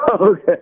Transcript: Okay